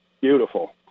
Beautiful